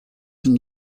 and